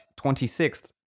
26th